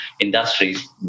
industries